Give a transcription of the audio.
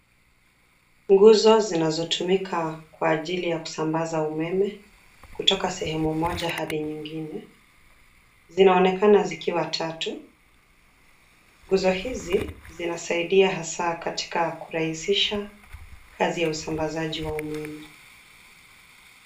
Nguzo zinazotumika kwa ajili ya kusambaza umeme, kutoka sehemu moja hadi nyingine. Zinaonekana zikiwa tatu. Nguzo hizi zinasaidia hasaa katika kurahisisha kazi ya usambazaji wa umeme.